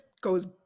goes